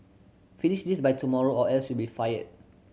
finish this by tomorrow or else you'll be fired